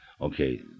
okay